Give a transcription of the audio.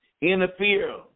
interfere